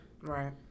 Right